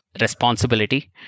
responsibility